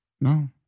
No